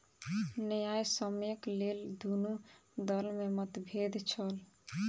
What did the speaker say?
न्यायसम्यक लेल दुनू दल में मतभेद छल